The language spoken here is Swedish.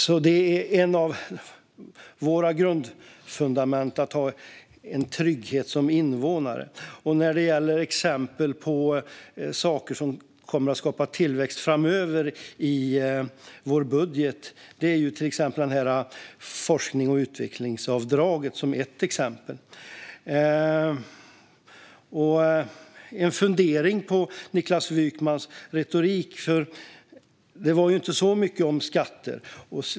Att ha en trygghet som invånare är ett av våra grundfundament. Vad gäller exempel på sådant i vår budget som kommer att skapa tillväxt framöver har vi bland annat forsknings och utvecklingsavdraget. Jag har en fundering om Niklas Wykmans retorik. Det handlade ju inte särskilt mycket om skatter.